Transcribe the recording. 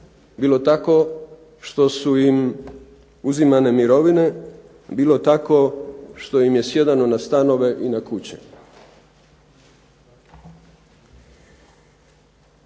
bilo tako što su im uzimane mirovine, bilo tako što im je sjedano na stanove i na kuće.